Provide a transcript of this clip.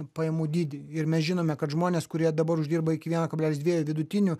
pajamų dydį ir mes žinome kad žmonės kurie dabar uždirba iki vieno kablelis dviejų vidutinių